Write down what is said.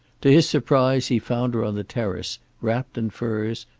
to his surprise he found her on the terrace, wrapped in furs,